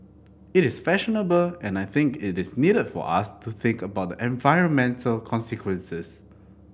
it is fashionable and I think it is needed for us to think about the environmental consequences